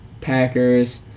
Packers